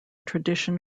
tradition